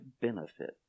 benefit